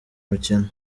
mukino